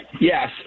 Yes